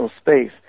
space